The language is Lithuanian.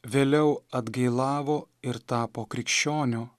vėliau atgailavo ir tapo krikščioniu